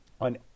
on